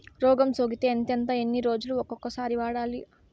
రోగం సోకితే ఎంతెంత ఎన్ని రోజులు కొక సారి వాడాలి?